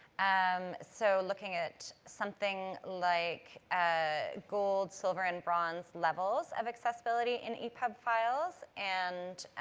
um so, looking at something like ah gold, silver, and bronze levels of accessibility in epub files and,